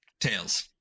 tails